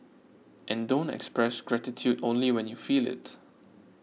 and don't express gratitude only when you feel it